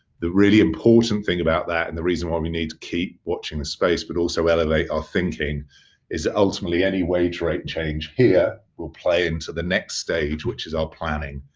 the really important thing about that and the reason why we need to keep watching this space but also elevate our thinking is ultimately any wage rate change here will play into the next stage which is our planning.